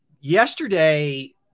yesterday